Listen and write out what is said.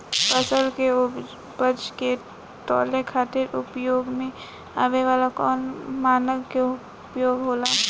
फसल के उपज के तौले खातिर उपयोग में आवे वाला कौन मानक के उपयोग होला?